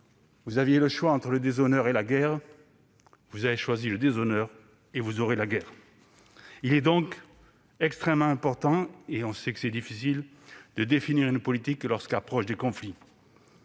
Vous aviez le choix entre le déshonneur et la guerre ; vous avez choisi le déshonneur, et vous aurez la guerre. » Il est donc extrêmement important- certes, on sait que c'est difficile -de définir une politique lorsque des conflits